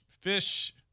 fish